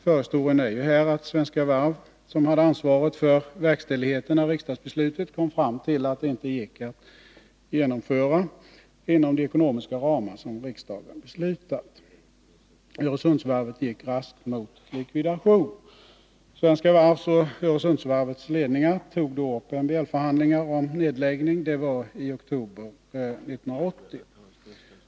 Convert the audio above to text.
Förhistorien är ju här att Svenska Varv AB, som hade ansvaret för frågor verkställigheten av riksdagsbeslutet, kom fram till att det inte gick att genomföra inom de ekonomiska ramar som riksdagen beslutat. Öresundsvarvet gick raskt mot en likvidation. Svenska Varvs och Öresundsvarvets ledningar tog därför i oktober 1980 upp MBL-förhandlingar om en nedläggning.